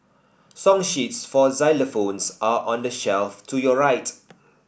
song sheets for xylophones are on the shelf to your right